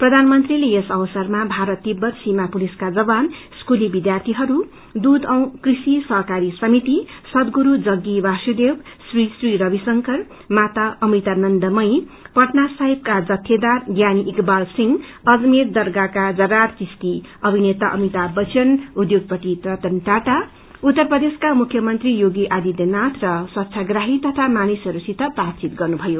प्रबानमीले यस अवसरमा भारत तिब्बत सीमा पुलिसका जवान स्कूलकी विध्यार्थीहरू दूष औं कृषि सहकारी समिति सङ्गुरू जग्गी बासुदेव श्रीश्री रविशंकर माता अमृतान्दमयी पत्नासोहेब का जत्येदार ज्ञानी इकवाल सिंह अजमेर दरगाहका जरार चिश्ती अभिनेता अभिताभ बच्चन उषोगपति रतन टाटा उत्तर प्रदेशका मुख्यमंत्री योगी आदित्यनाथ र स्वच्छप्राही तथा मानिसहरूसित बातवित गर्नुभयो